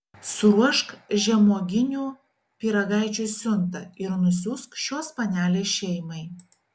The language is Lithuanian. suruošk žemuoginių pyragaičių siuntą ir nusiųsk šios panelės šeimai